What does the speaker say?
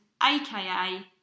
aka